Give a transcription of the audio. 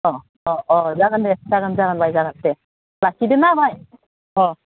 अ अ अ जागोन दे जागोन जागोन जागोन बाय जागोन लाखिदोना बाय अ